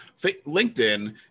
LinkedIn